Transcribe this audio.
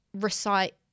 recite